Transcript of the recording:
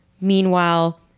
meanwhile